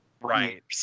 Right